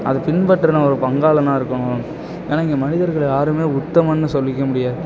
அதை பின்பற்றுன ஒரு பங்காளனாக இருக்கணும் ஏன்னா இங்கே மனிதர்கள் யாருமே உத்தமன்னு சொல்லிக்க முடியாது